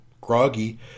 groggy